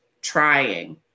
trying